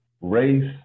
race